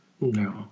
no